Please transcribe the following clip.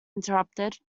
interrupted